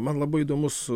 man labai įdomus